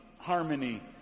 harmony